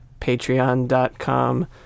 patreon.com